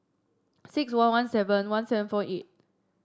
six one one seven one seven four eight